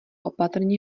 opatrně